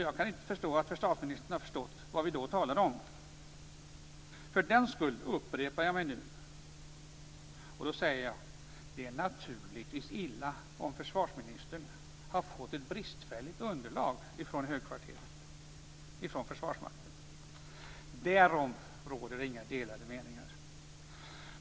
Jag kan inte se att försvarsministern förstått vad vi då talade om. För den skull upprepar jag mig. Det är naturligtvis illa om försvarsministern har fått ett bristfälligt underlag från Försvarsmakten. Därom råder inga delade meningar.